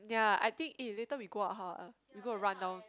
ya I think eh later we go out how ah we go and run down